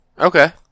Okay